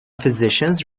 physicians